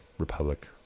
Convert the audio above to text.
Republic